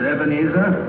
Ebenezer